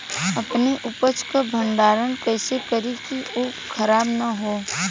अपने उपज क भंडारन कइसे करीं कि उ खराब न हो?